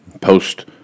post